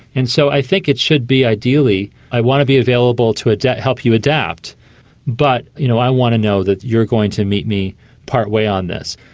and so i think it should be ideally i want to be available to help you adapt but you know i want to know that you're going to meet me partway on this.